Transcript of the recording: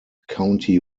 county